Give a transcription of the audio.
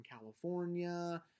California